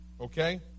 okay